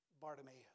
Bartimaeus